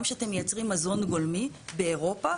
גם שאתם מייצרים מזון גולמי באירופה,